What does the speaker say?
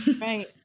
Right